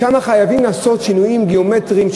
שם חייבים לעשות שינויים גיאומטריים,